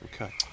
okay